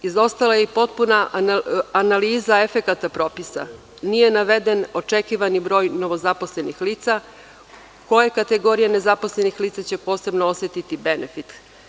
Izostala je i potpuna analiza efekata propisa, nije naveden očekivani broj novozaposlenih lica, koje kategorije nezaposlenih lica će posebno osetiti benefit.